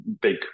big